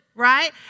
right